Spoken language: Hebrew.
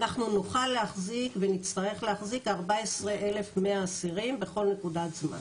אנחנו נוכל להחזיק ונצטרך להחזיק 14,100 אסירים בכל נקודת זמן.